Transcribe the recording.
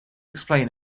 explain